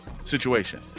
situation